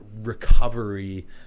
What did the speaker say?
recovery